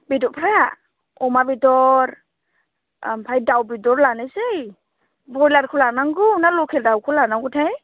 बेदरफ्रा अमा बेदर ओमफ्राय दाउ बेदर लानोसै बयलारखौ लानांगौ ना लकेल दाउखौ लानांगौथाय